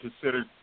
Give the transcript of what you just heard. considered